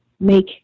make